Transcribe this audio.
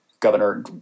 Governor